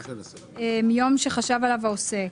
עסק מיום שחשב עליו העוסק".